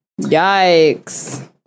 Yikes